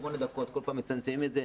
8 דקות כל פעם מצמצמים את זה,